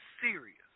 serious